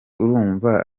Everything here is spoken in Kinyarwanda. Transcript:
urumva